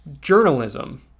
journalism